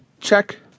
check